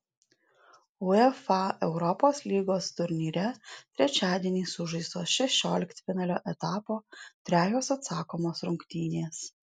uefa europos lygos turnyre trečiadienį sužaistos šešioliktfinalio etapo trejos atsakomos rungtynės